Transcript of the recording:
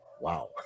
Wow